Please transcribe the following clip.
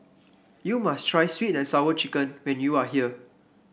you must try sweet and Sour Chicken when you are here